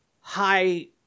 high